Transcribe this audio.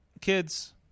kids